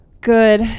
Good